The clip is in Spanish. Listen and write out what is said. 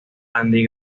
andy